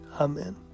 Amen